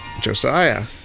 Josiah